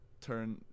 turn